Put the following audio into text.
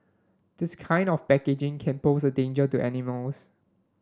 this kind of packaging can pose a danger to animals